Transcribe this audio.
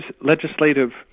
legislative